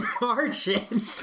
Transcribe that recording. margin